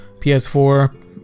PS4